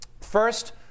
First